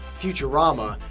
futurama,